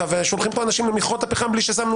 ושולחים פה אנשים למכרות הפחם בלי ששמנו